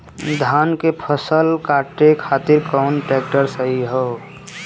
धान के फसल काटे खातिर कौन ट्रैक्टर सही ह?